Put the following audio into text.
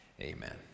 amen